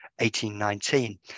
1819